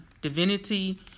divinity